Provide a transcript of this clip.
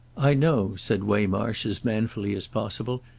i know, said waymarsh as manfully as possible,